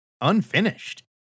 unfinished